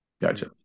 Gotcha